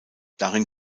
darin